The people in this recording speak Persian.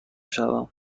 شوم